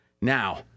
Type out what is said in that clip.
Now